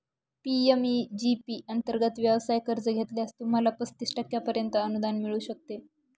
PMEG P अंतर्गत व्यवसाय कर्ज घेतल्यास, तुम्हाला पस्तीस टक्क्यांपर्यंत अनुदान मिळू शकते